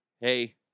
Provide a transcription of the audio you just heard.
hey